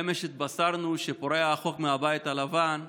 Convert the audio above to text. אמש התבשרנו שפורע החוק מהבית הלבן החליט,